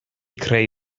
creu